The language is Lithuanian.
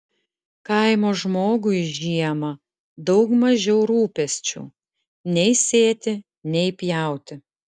kaimo žmogui žiemą daug mažiau rūpesčių nei sėti nei pjauti